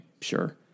Sure